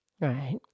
Right